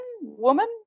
woman